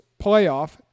playoff